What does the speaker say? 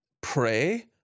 Pray